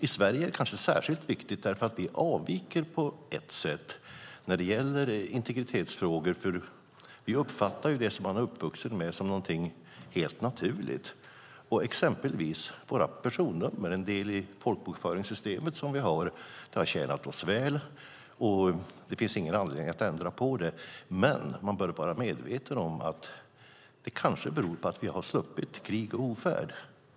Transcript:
I Sverige är det kanske särskilt viktigt eftersom vi avviker när det gäller integritetsfrågor. Man uppfattar ju det som man är uppvuxen med som något helt naturligt. Det gäller till exempel våra personnummer som är en del i vårt folkbokföringssystem. Det har tjänat oss väl, och det finns ingen anledning att ändra på det men man bör vara medveten om att det kanske beror på att vi har sluppit krig och ofärd.